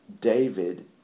David